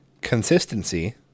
Consistency